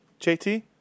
JT